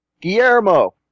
Guillermo